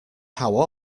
how